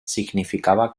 significaba